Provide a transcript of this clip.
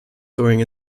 during